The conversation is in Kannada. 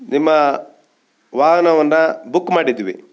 ನಿಮ್ಮ ವಾಹನವನ್ನು ಬುಕ್ ಮಾಡಿದ್ವಿ